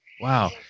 wow